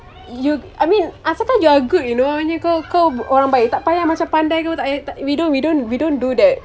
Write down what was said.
you I mean uh sometimes you are good you know I mean kau kau orang baik tak payah macam pandai ke apa tak payah tak we don't we don't we don't do that